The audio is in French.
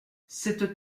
cette